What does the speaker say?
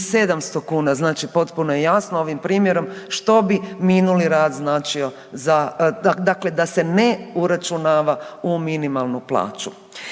2.700 kuna, znači potpuno je jasno ovim primjerom što bi minuli rad značio, dakle da se ne uračunava u minimalnu plaću.